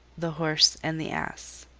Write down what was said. the horse and the ass